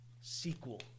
sequel